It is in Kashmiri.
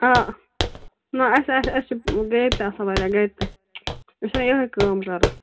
آ نہَ اَسہِ آسہِ اَسہِ چھِ گرِ تہِ آسان واریاہ گَرِ تہِ أسۍ چھِنا یِہَے کٲم کَران